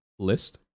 list